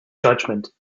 judgment